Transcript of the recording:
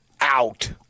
out